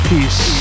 Peace